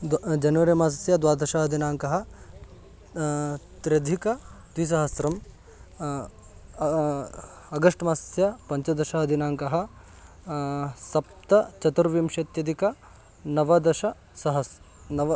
द्व जनवरिमासस्य द्वादशः दिनाङ्कः त्र्यधिकद्विसहस्रम् अगस्ट्मासस्य पञ्चदशः दिनाङ्कः सप्तचतुर्विंशत्यधिकनवदशसहस् नव